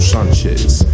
Sanchez